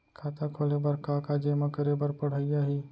खाता खोले बर का का जेमा करे बर पढ़इया ही?